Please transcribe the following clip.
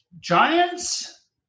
Giants